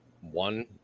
One